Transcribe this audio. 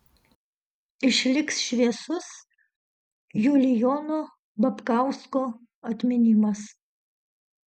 išliks šviesus julijono babkausko atminimas